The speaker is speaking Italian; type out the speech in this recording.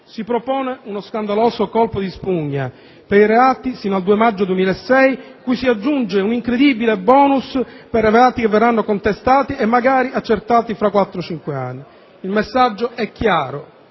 Si propone uno scandaloso colpo di spugna per i reati sino al 2 maggio 2006, cui si aggiunge un incredibile *bonus* per reati che verranno contestati e magari accertati fra quattro o cinque anni? Il messaggio è chiaro: